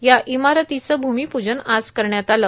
या इमारतीचं भ्र्ममप्जन आज करण्यात आलं